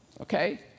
Okay